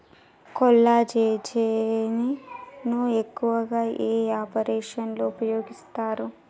కొల్లాజెజేని ను ఎక్కువగా ఏ ఆపరేషన్లలో ఉపయోగిస్తారు?